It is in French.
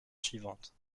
suivante